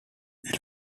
eut